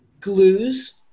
glues